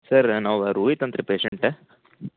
sir ನಾವು ರೋಹಿತ್ ಅಂತ ರೀ ಪೇಶೆಂಟ